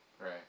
Right